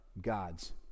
God's